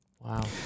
Wow